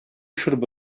شرب